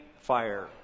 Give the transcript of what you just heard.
fire